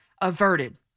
averted